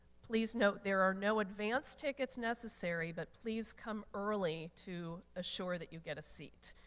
please note there are no advance tickets necessary, but please come early to assure that you get a seat.